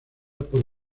por